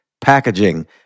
packaging